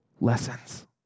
lessons